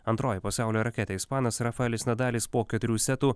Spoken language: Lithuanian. antroji pasaulio raketė ispanas rafaelis nadalis po keturių setų